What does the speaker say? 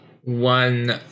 one